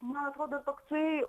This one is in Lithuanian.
man atrodo toksai